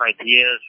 ideas